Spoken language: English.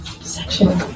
Section